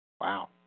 Wow